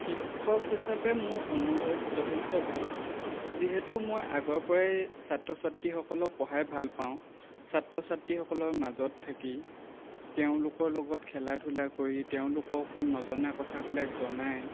শিক্ষক হিচাপে মোৰ অনুভৱ যথেষ্ট ভাল যিহেতু মই আগৰ পৰাই ছাত্ৰ ছাত্ৰীসকলক পঢ়াই ভাল পাওঁ ছাত্ৰ ছাত্ৰীসকলৰ মাজত থাকি তেওঁলোকৰ লগত খেলা ধূলা কৰি তেওঁলোকক নজনা কথাবিলাক জনাই